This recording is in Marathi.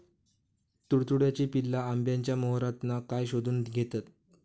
तुडतुड्याची पिल्ला आंब्याच्या मोहरातना काय शोशून घेतत?